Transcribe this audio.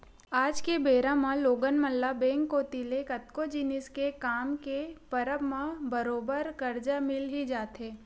आज के बेरा म लोगन मन ल बेंक कोती ले कतको जिनिस के काम के परब म बरोबर करजा मिल ही जाथे